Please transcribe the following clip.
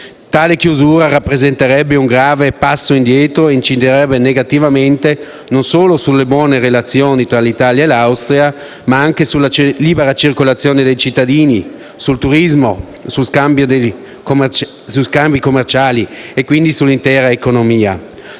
Tale chiusura rappresenterebbe un grave passo indietro e inciderebbe negativamente non solo sulle buone relazioni tra l'Italia e l'Austria, ma anche sulla libera circolazione dei cittadini, sul turismo, sugli scambi commerciali e quindi sull'intera economia.